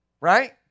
Right